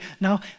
Now